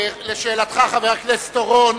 לשאלתך, חבר הכנסת אורון,